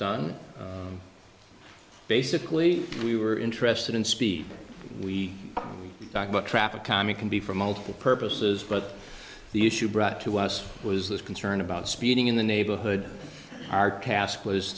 done basically we were interested in speed we talk about traffic calming can be for multiple purposes but the issue brought to us was this concern about speeding in the neighborhood our task was